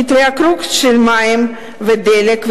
התייקרות של המים והדלק,